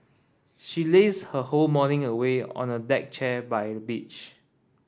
she lazed her whole morning away on a deck chair by the beach